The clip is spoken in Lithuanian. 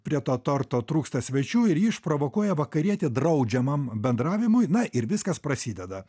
prie to torto trūksta svečių ir ji išprovokuoja vakarietį draudžiamam bendravimui na ir viskas prasideda